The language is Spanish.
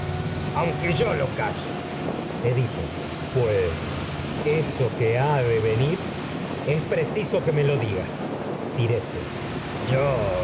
aunque yo lo calle edipo pues eso que ha de venir es preciso que me lo digas tiresias yo